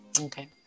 okay